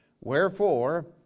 Wherefore